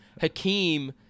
Hakeem